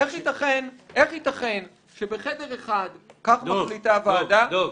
איך ייתכן שבחדר אחד כך מחליטה הוועדה --- דב.